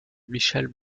michèle